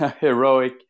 heroic